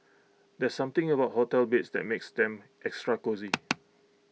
there's something about hotel beds that makes them extra cosy